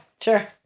Sure